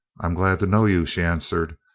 i'm glad to know you. she answered.